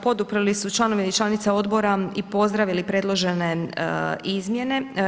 Poduprli su članice i članovi odbora i pozdravili predložene izmjene.